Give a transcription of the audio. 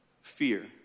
Fear